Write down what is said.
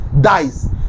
dies